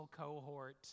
cohort